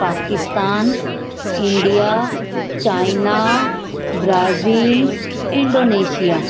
Pakistan India China Brazil Indonesia